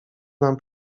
nam